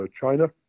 China